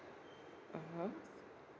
mmhmm